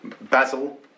Basil